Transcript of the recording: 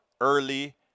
early